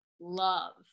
love